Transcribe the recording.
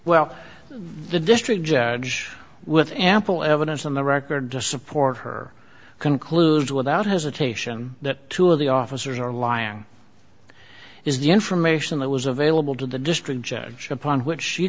well the district judge with ample evidence on the record to support her conclusion without hesitation that two of the officers are lying is the information that was available to the district judge upon which she